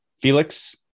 Felix